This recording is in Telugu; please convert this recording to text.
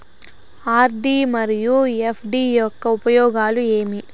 ఆర్.డి మరియు ఎఫ్.డి యొక్క ఉపయోగాలు ఏమి?